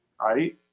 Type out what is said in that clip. right